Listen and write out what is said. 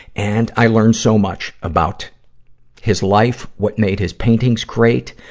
and i learned so much about his life, what made his paintings great,